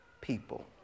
people